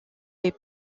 les